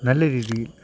നല്ല രീതിയിൽ